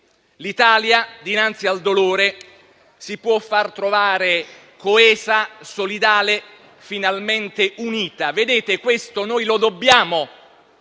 l'Italia dinanzi al dolore si può far trovare coesa, solidale, finalmente unita. Questo lo dobbiamo